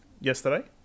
yesterday